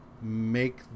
make